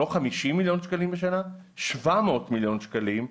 לא 50 מיליון שקלים בשנה אלא 700 מיליון שקלים.